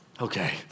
okay